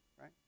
right